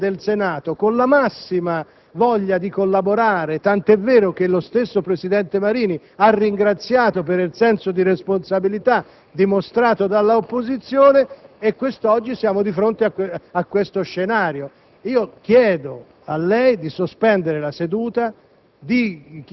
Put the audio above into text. affrontato - lei era presente, signor Presidente - l'organizzazione dei lavori del Senato con la massima voglia di collaborare (tant'è vero che lo stesso presidente Marini ha ringraziato per il senso di responsabilità dimostrato dall'opposizione) e quest'oggi siamo di fronte a questo scenario.